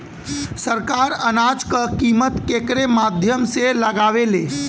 सरकार अनाज क कीमत केकरे माध्यम से लगावे ले?